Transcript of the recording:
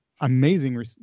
amazing